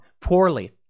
poorly